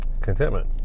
contentment